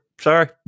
Sorry